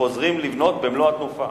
חוזרים לבנות במלוא התנופה.